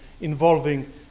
involving